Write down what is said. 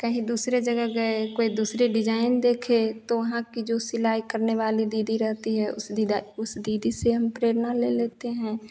कहीं दूसरे जगह गए कोई दूसरे डिजाइन देखे तो वहाँ कि जो सिलाई करने वाली दीदी रहती है उस डिजा उस दीदी से हम प्रेरणा ले लेते हैं